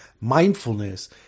mindfulness